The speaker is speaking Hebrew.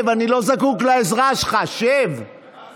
אין לך בעיה עם זה, נכון?